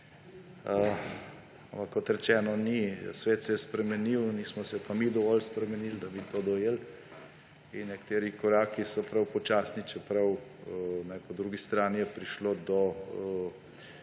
kot rečeno, svet se je spremenil, nismo se pa mi dovolj spremenili, da bi to dojeli. In nekateri koraki so prav počasni, čeprav po drugi strani je prišlo do